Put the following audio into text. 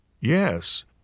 Yes